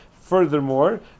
furthermore